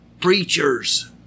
preachers